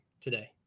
today